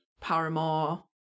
paramore